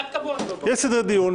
יש סדרי דיון.